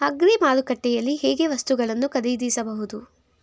Agri ಮಾರುಕಟ್ಟೆಯಲ್ಲಿ ಹೇಗೆ ವಸ್ತುಗಳನ್ನು ಖರೀದಿಸಬಹುದು?